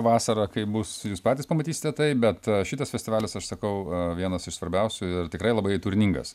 vasarą kaip bus jūs patys pamatysite tai bet šitas festivalis aš sakau vienas iš svarbiausių ir tikrai labai turiningas